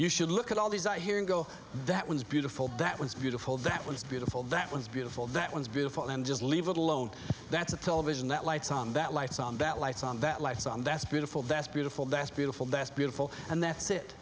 you should look at all these i hear and go that was beautiful that was beautiful that was beautiful that was beautiful that was beautiful and just leave it alone that's a television that lights on that life that lights on that life that's beautiful that's beautiful that's beautiful best beautiful and that's it